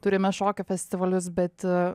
turime šokio festivalius bet